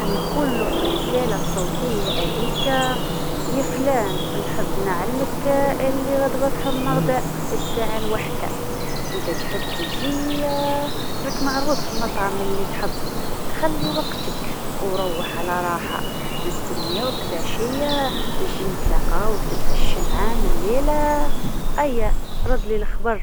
نقلو في الرساله الصوتيه هذيكا يا فلان نحب نعلمكم إللي غدوة فمه غدا في الماضي ساعه، إذ تحب تجيم راك مستدعي في المطعم اللي تحب، خلي وقتك و روح على راحه، نستناوك العشيه بش نتلاقاو و تتعشا معانا الليلهم، أيا ردلي الخبر.